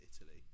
Italy